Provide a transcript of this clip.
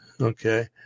Okay